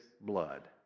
blood